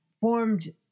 formed